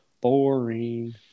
Boring